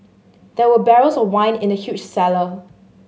there were barrels of wine in the huge cellar